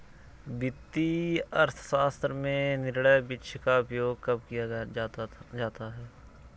वित्तीय अर्थशास्त्र में निर्णय वृक्ष का उपयोग कब किया जाता है?